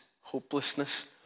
hopelessness